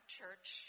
church